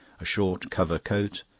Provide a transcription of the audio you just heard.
a short covert coat,